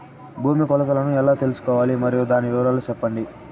భూమి కొలతలను ఎలా తెల్సుకోవాలి? మరియు దాని వివరాలు సెప్పండి?